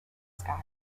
skies